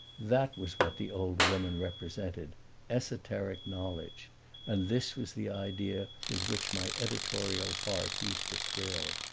that was what the old woman represented esoteric knowledge and this was the idea with which my editorial heart used to thrill.